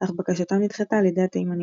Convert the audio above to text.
אך בקשתם נדחתה על ידי התימנים.